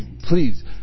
Please